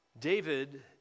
David